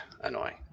annoying